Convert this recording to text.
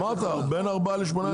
אמרת בין ארבעה לשמונה ימים.